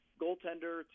goaltender